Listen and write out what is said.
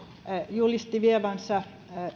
julisti vievänsä